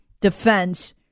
defense